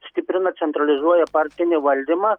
stiprina centralizuoja partinį valdymą